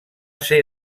ser